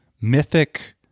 mythic